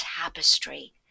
tapestry